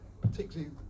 particularly